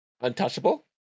Untouchable